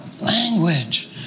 language